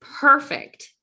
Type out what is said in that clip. perfect